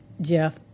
Jeff